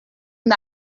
und